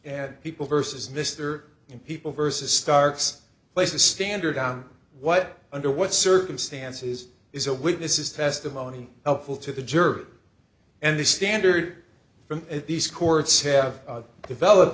and people versus mr in people versus stark's place a standard on what under what circumstances is a witness's testimony helpful to the jury and the standard from these courts have developed